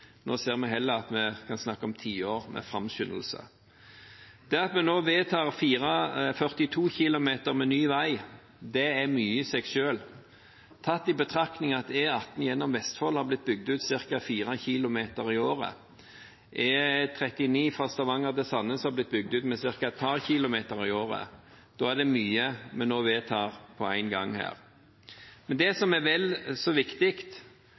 Nå ser vi heller at vi kan snakke om tiår med framskyndelse. At vi nå vedtar 42 km med ny vei, er mye i seg selv. Tatt i betraktning av at E18 gjennom Vestfold har blitt bygd ut med ca. 4 km i året og E39 fra Stavanger til Sandnes med ca. et par kilometer i året, er det mye vi nå vedtar på en gang. Men det som er vel så viktig